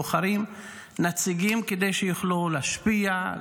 בוחרים נציגים כדי שיוכלו להשפיע,